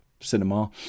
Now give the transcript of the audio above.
cinema